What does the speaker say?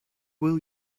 will